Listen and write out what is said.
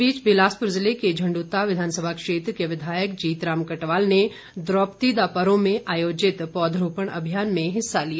इस बीच बिलासपुर ज़िले के झण्डूता विधानसभा क्षेत्र के विधायक जीतराम कटवाल ने द्रोपदी दा परों में आयोजित पौधरोपण अभियान में हिस्सा लिया